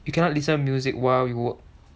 you cannot listen to music while you work